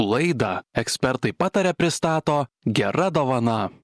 laidą ekspertai pataria pristato gera dovana